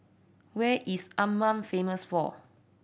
where is Amman famous for